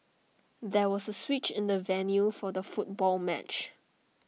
there was A switch in the venue for the football match